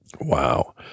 Wow